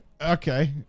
Okay